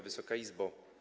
Wysoka Izbo!